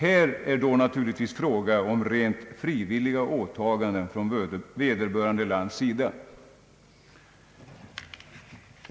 Här är det naturligtvis fråga om rent frivilliga åtaganden från vederbörande lands sida.